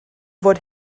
fod